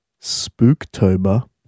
Spooktober